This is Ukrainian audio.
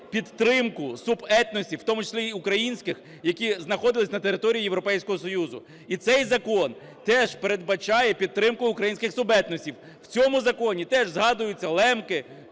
підтримку субетносів, в тому числі і українських, які знаходились на території Європейського Союзу. І цей закон теж передбачає підтримку українських субетносів. В цьому законі теж згадуються лемки,